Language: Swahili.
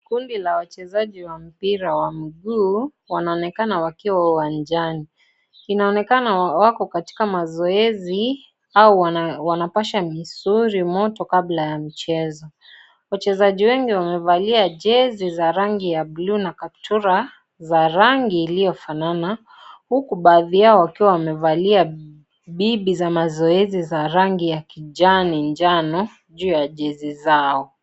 Kundi la wachezaji wa mpira wa mguu wanaonekana wakiwa uwanjani. Inaonekana wako katika mazoezi au wanapasha misuli moto kabla ya michezo . Wachezaji wengi wamevalia jezi za rangi ya bluu na kaptura za rangi iliyofanana huku baadhi wao wakiwa wamevalia bibi za mazoezi za rangi ya kijani njano juu ya jezi zao.